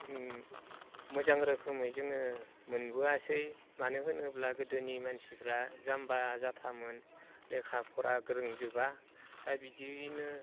मोजां रोखोमै जोङो मोनबोआसै मानो होनोब्ला गोदोनि मानसिफ्रा जाम्बा जाथामोन लेखा फरा रोंजोबा दा बिदिनो